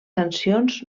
sancions